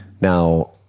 Now